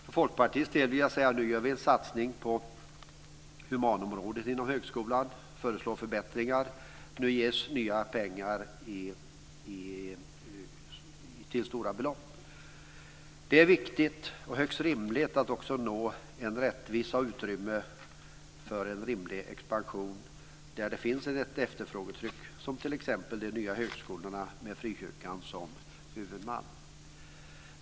För Folkpartiets del gör vi nu en satsning på humanområdet inom högskolan och föreslår förbättringar och nu ges nya pengar till stora belopp. Det är viktigt och högst rimligt att också nå rättvisa och ett utrymme för en rimlig expansion där det finns ett efterfrågetryck - t.ex. när det gäller de nya högskolorna med frikyrkan som huvudman.